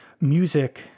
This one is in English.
music